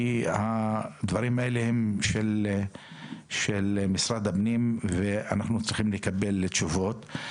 הדברים האלה הם של משרד הפנים ואנחנו צריכים לקבל תשובות.